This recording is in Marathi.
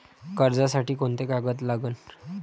कर्जसाठी कोंते कागद लागन?